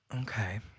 Okay